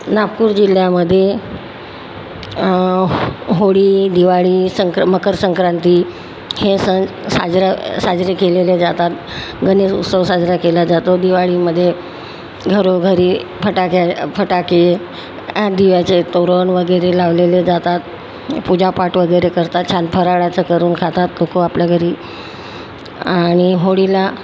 नागपूर जिल्ह्यामध्ये होळी दिवाळी संक मकर संक्रांती हे सण साजरे साजरे केलेले जातात गणेशोत्सव साजरा केला जातो दिवाळीमधे घरोघरी फटाके फटाके आणि दिव्याचे तोरण वगैरे लावलेले जातात पूजापाठ वगैरे करतात छान फराळाचं करून खातात लोक आपल्या घरी आणि होळीला